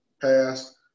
passed